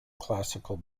classical